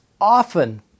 often